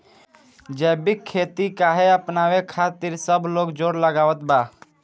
जैविक खेती काहे अपनावे खातिर सब लोग जोड़ लगावत बा?